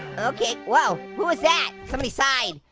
okay whoa! who is that? somebody sighed.